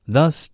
Thus